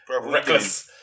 Reckless